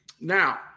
Now